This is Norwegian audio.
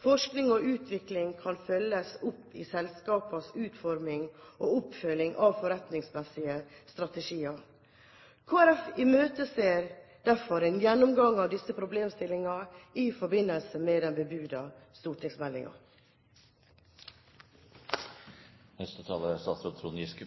forskning og utvikling kan følges opp i selskapenes utforming av forretningsmessige strategier. Kristelig Folkeparti imøteser derfor en gjennomgang av disse problemstillingene i forbindelse med den bebudede stortingsmeldingen. Jeg ser ingen grunn til å forlenge denne debatten ytterligere. Det